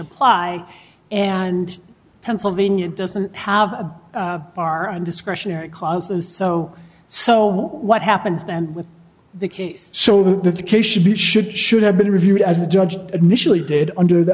apply and pennsylvania doesn't have are on discretionary causes so so what happens then with the case so that the case should be should should have been reviewed as the judge initially did under the